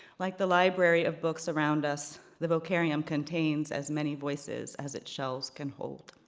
like the library of books around us, the vocarium contains as many voices as its shelves can hold.